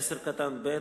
(10)(ב),